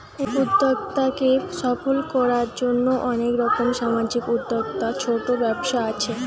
উদ্যোক্তাকে সফল কোরার জন্যে অনেক রকম সামাজিক উদ্যোক্তা, ছোট ব্যবসা আছে